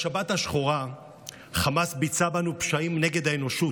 בשבת השחורה חמאס ביצע בנו פשעים נגד האנושות,